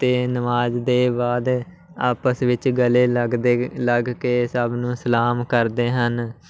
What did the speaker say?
ਅਤੇ ਨਮਾਜ਼ ਦੇ ਬਾਅਦ ਆਪਸ ਵਿੱਚ ਗਲੇ ਲੱਗਦੇ ਲੱਗ ਕੇ ਸਭ ਨੂੰ ਸਲਾਮ ਕਰਦੇ ਹਨ